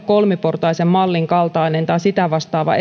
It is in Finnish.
kolmiportaisen mallin kaltainen tai sitä vastaava